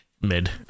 mid